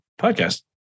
podcast